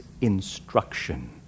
instruction